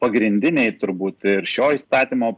pagrindiniai turbūt ir šio įstatymo